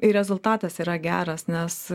ir rezultatas yra geras nes